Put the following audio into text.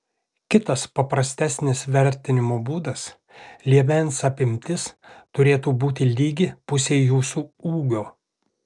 kitas paprastesnis vertinimo būdas liemens apimtis turėtų būti lygi pusei jūsų ūgio